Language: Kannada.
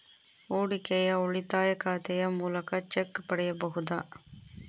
ಹೂಡಿಕೆಯ ಉಳಿತಾಯ ಖಾತೆಯ ಮೂಲಕ ಚೆಕ್ ಪಡೆಯಬಹುದಾ?